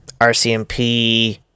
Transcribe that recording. RCMP